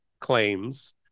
claims